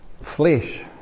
flesh